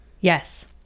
Yes